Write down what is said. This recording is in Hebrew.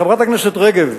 הדבר הבא, חברת הכנסת רגב,